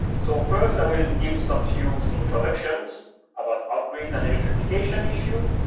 so first i will give some few introductions about off-grid and electrification issue.